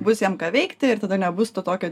bus jam ką veikti ir tada nebus tokio